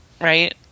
right